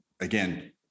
again